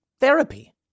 therapy